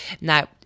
Now